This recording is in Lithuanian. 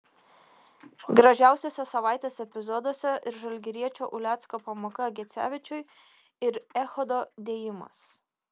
gražiausiuose savaitės epizoduose ir žalgiriečio ulecko pamoka gecevičiui ir echodo dėjimas